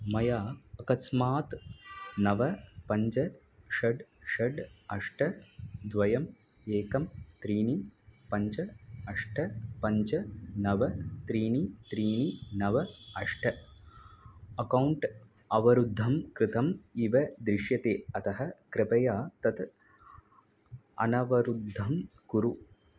मया अकस्मात् नव पञ्च षड् षड् अष्ट द्वयम् एकं त्रीणि पञ्च अष्ट पञ्च नव त्रीणि त्रीणि नव अष्ट अकौण्ट् अवरुद्धं कृतम् इव दृश्यते अतः कृपया तत् अनवरुद्धं कुरु